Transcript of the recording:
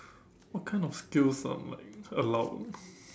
what kind of skills are like allowed